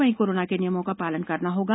वहीं कोरोना के नियमों का पालन करना होगा